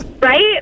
Right